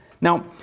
Now